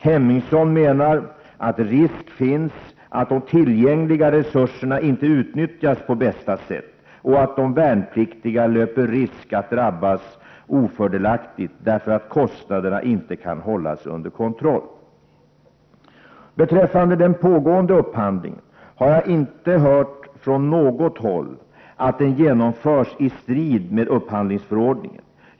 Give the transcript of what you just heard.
Hemmingsson menar att risk finns att de tillgängliga resurserna inte utnyttjas på bästa sätt och att de värnpliktiga löper risk att drabbas, därför att kostnaderna inte kan hållas under kontroll. Beträffande den pågående upphandlingen har jag inte från något håll hört att den genomförs i strid med upphandlingsförordningen.